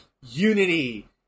Unity